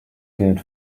good